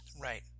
Right